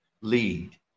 lead